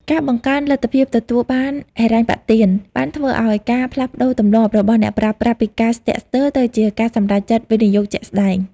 ការបង្កើនលទ្ធភាពទទួលបានហិរញ្ញប្បទាន បានធ្វើឱ្យមានការផ្លាស់ប្ដូរទម្លាប់របស់អ្នកប្រើប្រាស់ពីការស្ទាក់ស្ទើរទៅជាការសម្រេចចិត្តវិនិយោគជាក់ស្ដែង។